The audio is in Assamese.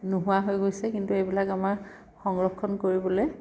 নোহোৱা হৈ গৈছে কিন্তু এইবিলাক আমাৰ সংৰক্ষণ কৰিবলৈ